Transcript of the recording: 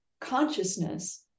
consciousness